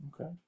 Okay